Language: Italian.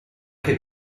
che